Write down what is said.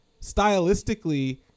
stylistically